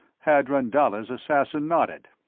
hadron dalla's assassin nodded.